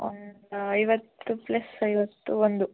ಒಂದು ಐವತ್ತು ಪ್ಲಸ್ ಐವತ್ತು ಒಂದು